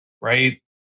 right